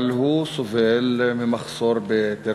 אבל הוא סובל ממחסור בפרסומות,